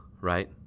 right